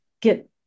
get